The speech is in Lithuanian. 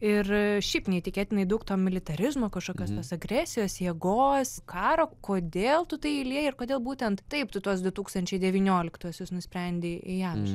ir šiaip neįtikėtinai daug to militarizmo kažkokios tos agresijos jėgos karo kodėl tu tai įlieji ir kodėl būtent taip tu tuos du tūkstančiai devynioliktuosius nusprendei įamžint